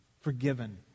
forgiven